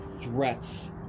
threats